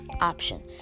option